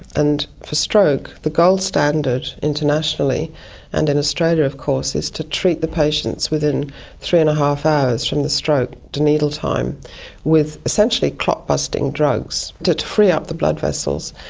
and for stroke the gold standard internationally and in australia of course is to treat the patients within three. and five hours from the stroke to needle time with essentially clotbusting drugs to to free up the blood vessels.